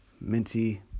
minty